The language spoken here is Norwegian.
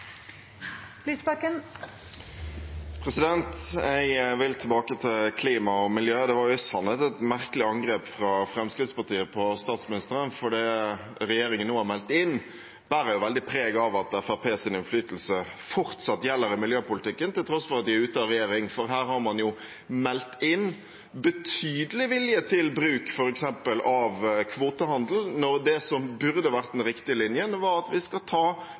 Jeg vil tilbake til klima og miljø. Det var i sannhet et merkelig angrep fra Fremskrittspartiet på statsministeren, for det regjeringen nå har meldt inn, bærer veldig preg av at Fremskrittspartiets innflytelse fortsatt gjelder i miljøpolitikken, til tross for at de er ute av regjering, for her har man meldt inn betydelig vilje til bruk av f.eks. kvotehandel, når det som burde være den riktige linjen, er at vi skal ta